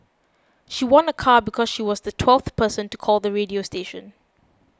she won a car because she was the twelfth person to call the radio station